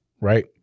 Right